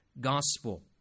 gospel